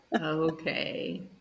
Okay